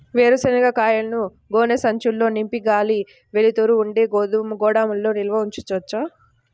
వేరుశనగ కాయలను గోనె సంచుల్లో నింపి గాలి, వెలుతురు ఉండే గోదాముల్లో నిల్వ ఉంచవచ్చా?